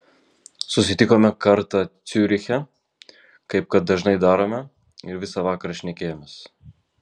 susitikome kartą ciuriche kaip kad dažnai darome ir visą vakarą šnekėjomės